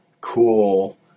cool